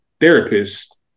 therapist